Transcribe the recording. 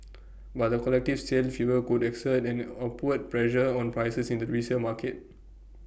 but the collective sale fever could exert an upward pressure on prices in the resale market